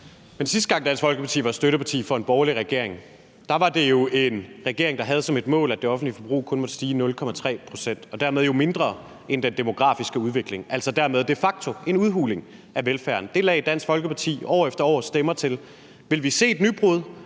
Men sidste gang Dansk Folkeparti var støtteparti for en borgerlig regering, var det jo en regering, der havde som et mål, at det offentlige forbrug kun måtte stige 0,3 pct. og dermed jo mindre end den demografiske udvikling, og dermed var det de facto en udhuling af velfærden. Det lagde Dansk Folkeparti år efter år stemmer til. Vil vi se et nybrud